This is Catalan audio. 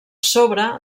sobre